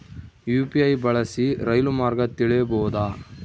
UPI ಬಳಸಿ ರೈಲು ಮಾರ್ಗ ತಿಳೇಬೋದ?